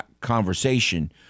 conversation